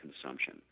consumption